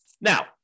Now